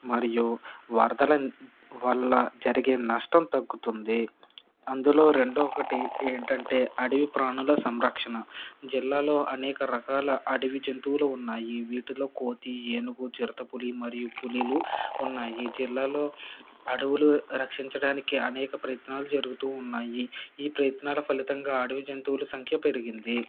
మరియు వరదల వల్ల జరిగే నష్టం తగ్గుతుంది అందులో రెండో ఒకటి ఏంటంటే అడవి ప్రాణుల సంరక్షణ జిల్లాలో అనేక రకాల అడవి జంతువులు ఉన్నాయి వీటిలో కోతి ఏనుగు చిరుత పులి మరియు పులిలు ఉన్నాయి జిల్లాలో అడవులు రక్షించడానికి అనేక ప్రయత్నాలు జరుగుతున్నాయి ఈ ప్రయత్నాల ఫలితంగా అడవి జంతువులు సంఖ్య పెరిగింది